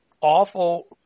awful